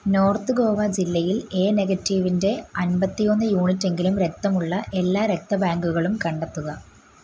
north Goa ജില്ലയിൽ A നെഗറ്റീവിന്റെ അൻപത്തിയൊന്ന് യൂണിറ്റ് എങ്കിലും രക്തമുള്ള എല്ലാ രക്തബാങ്കുകളും കണ്ടെത്തുക